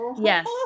Yes